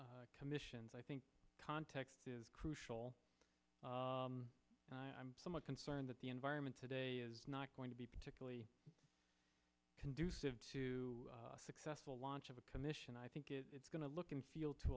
commissions i think context is crucial i'm somewhat concerned that the environment today is not going to be particularly conducive to a successful launch of a commission i think it's going to look and feel to